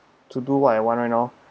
to do I want right now